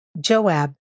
Joab